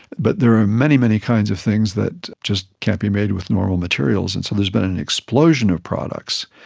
but there are many, many kinds of things that just can't be made with normal materials, and so there's been an explosion of products,